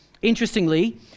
Interestingly